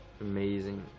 Amazing